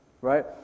right